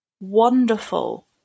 wonderful